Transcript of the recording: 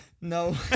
No